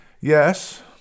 Yes